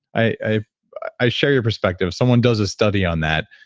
i i share your perspective. if someone does a study on that,